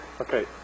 Okay